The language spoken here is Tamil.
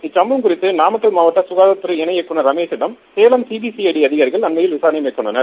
இந்த சும்பவம் குறித்து நாமக்கல் மாவட்ட ககாதாரத் துறை இணை இயக்குநர் ரமேஷிடம் சேலம் சிபிசிறட அதிகாரிகள் அண்மையில் விசாரணை நடத்தினர்